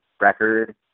record